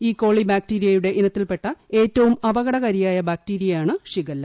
E coli ബാക്ടീരിയയുടെ ഇനത്തിൽപെട്ട ഏറ്റവും അപകടകാരിയായ ബാക്ടീരിയയാണ് ഷിഗെല്ല